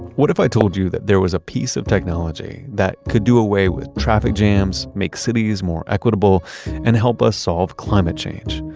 what if i told you that there was a piece of technology that could do away with traffic jams, make cities more equitable and help us solve climate change?